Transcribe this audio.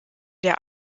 der